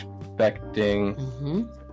expecting